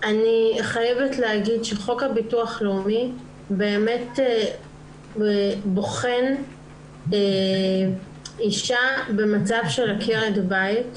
אני חייבת להגיד שחוק הביטוח הלאומי באמת בוחן אישה במצב של עקרת בית.